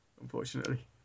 unfortunately